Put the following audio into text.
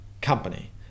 company